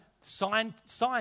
Science